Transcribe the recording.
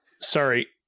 Sorry